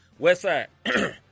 Westside